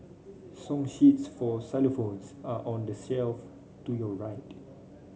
song sheets for xylophones are on the shelf to your right